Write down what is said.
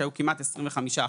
כמעט ב-25%.